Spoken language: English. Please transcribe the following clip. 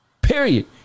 Period